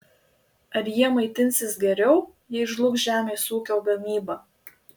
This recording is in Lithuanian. ar jie maitinsis geriau jei žlugs žemės ūkio gamyba